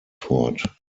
fort